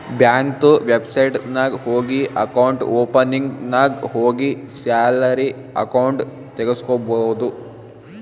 ಬ್ಯಾಂಕ್ದು ವೆಬ್ಸೈಟ್ ನಾಗ್ ಹೋಗಿ ಅಕೌಂಟ್ ಓಪನಿಂಗ್ ನಾಗ್ ಹೋಗಿ ಸ್ಯಾಲರಿ ಅಕೌಂಟ್ ತೆಗುಸ್ಕೊಬೋದು